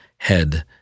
Head